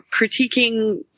critiquing